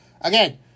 Again